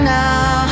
now